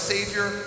Savior